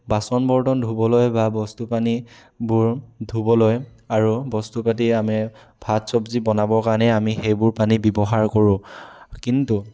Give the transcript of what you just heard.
বাচন বৰ্তন ধুবলৈ বা বস্তু পানী বোৰ ধুবলৈ আৰু বস্তু পাতি আমি ভাত চব্জি বনাবৰ কাৰণেই আমি সেইবোৰ পানী ব্যৱহাৰ কৰোঁ কিন্তু